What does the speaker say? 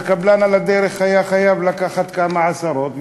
הקבלן על הדרך היה חייב לקחת כמה עשרות,